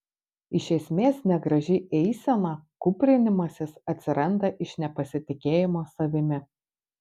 iš esmės negraži eisena kūprinimasis atsiranda iš nepasitikėjimo savimi